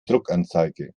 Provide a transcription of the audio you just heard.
druckanzeige